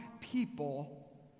people